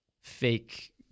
fake